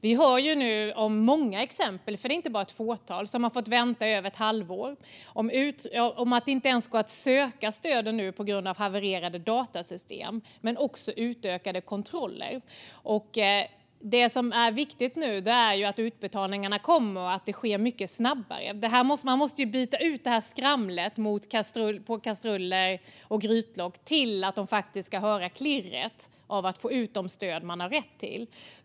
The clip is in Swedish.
Vi hör nu om många, inte bara ett fåtal, som har fått vänta i över ett halvår och om att det nu inte ens går att söka stöden på grund av havererade datasystem och utökade kontroller. Nu är det viktigt att utbetalningarna kommer och att det sker mycket snabbare. Skramlet med kastruller och grytlock måste bytas ut mot klirret av det stöd man har rätt till.